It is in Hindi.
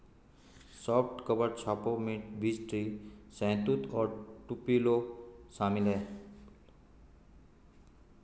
सॉफ्ट कवर छापों में बीच ट्री, शहतूत और टुपेलो शामिल है